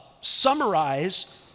summarize